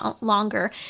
longer